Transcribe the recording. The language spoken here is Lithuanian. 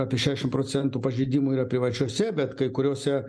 apie šešim procentų pažeidimų yra privačiose bet kai kuriose